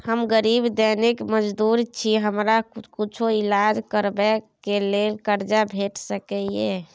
हम गरीब दैनिक मजदूर छी, हमरा कुछो ईलाज करबै के लेल कर्जा भेट सकै इ?